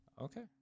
Okay